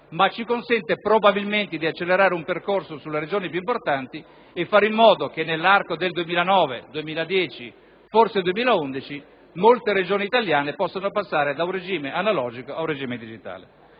ma probabilmente di stimolare un percorso nelle Regioni più importanti e di fare in modo che nell'arco del 2009, 2010, forse 2011, molte Regioni italiane possano passare da un regime analogico ad un regime digitale.